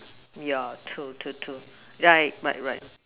yeah true true true right right right